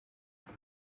vuba